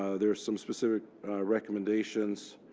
ah there are some specific recommendations